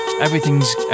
everything's